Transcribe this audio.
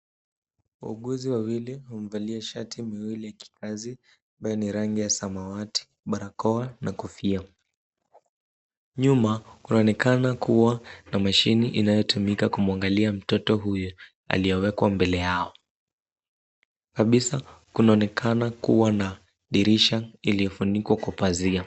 Wauguzi wawili wamevalia shati miwili ya kikazi ambayo ni ya samawati, barakoa na kofia. Nyuma kunaonekana kuwa na mashine inayotumika kumwangalia mtoto huyu aliyewekwa mbele yao. Kabisa kunaonekana kuwa na dirisha iliyofunikwa kwa pazia.